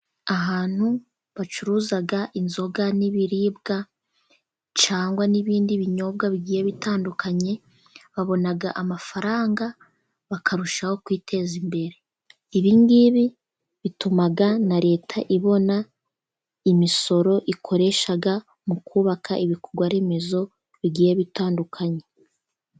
Ahantu bacuruza inzoga n'ibiribwa, cyangwa n'ibindi binyobwa bigiye bitandukanye, babona amafaranga bakarushaho kwiteza imbere, ibingibi bituma na Leta ibona imisoro, ikoresha mu kubaka ibikorwaremezo bigiye bitandukanye.